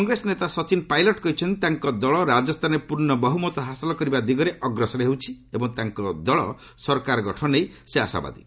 କଂଗ୍ରେସ ନେତା ସଚିନ ପାଇଲଟ୍ କହିଛନ୍ତି ତାଙ୍କ ଦଳ ରାଜସ୍ଥାନରେ ପୂର୍ଣ୍ଣ ବହୁମତ ହାସଲ କରିବା ଦିଗରେ ଅଗ୍ରସର ହେଉଛି ଏବଂ ତାଙ୍କ ଦଳ ସରକାର ଗଠନ ନେଇ ସେ ଆଶାବାଦୀ